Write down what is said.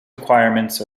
requirements